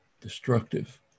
destructive